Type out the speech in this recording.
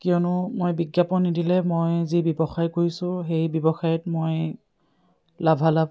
কিয়নো মই বিজ্ঞাপন নিদিলে মই যি ব্যৱসায় কৰিছোঁ সেই ব্যৱসায়ত মই লাভালাভ